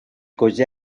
causés